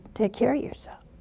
take care of yourself?